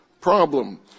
problem